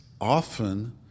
often